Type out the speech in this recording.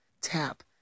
tap